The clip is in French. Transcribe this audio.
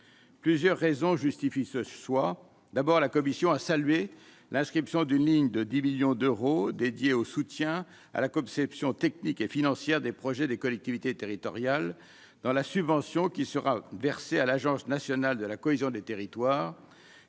plusieurs raisons justifient ce soit d'abord, la Commission a salué l'inscription d'une ligne de 10 millions d'euros dédiée au soutien à la conception technique et financière des projets des collectivités territoriales dans la subvention qui sera versé à l'Agence nationale de la cohésion des territoires